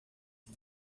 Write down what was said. que